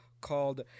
called